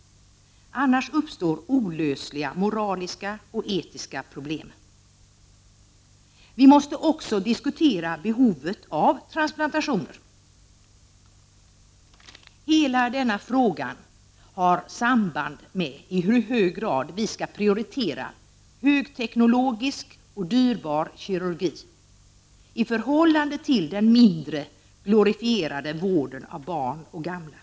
Annars uppstår olösliga moraliska och etiska problem. Vi måste också diskutera behovet av transplantationer. Hela denna fråga har samband med i hur hög grad vi skall prioritera högteknologisk och dyrbar kirurgi i förhållande till den mindre glorifierade vården av barn och gamla.